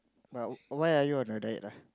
but why are you on a diet lah